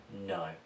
No